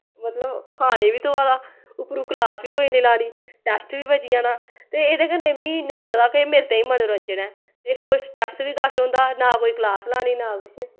मतलव खाने बी थ्होआ दा उप्परूं क्लास वी कोई निं लानी टैस्ट वी बची जाना ते एह्दे कन्नै मिगी इ'यां लगदा के मेरे ताईं मनोरंजन ऐ ते खुश स्ट्रेस बी घट्ट होंदा ना कोई क्लास लानी ना कुश